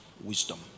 wisdom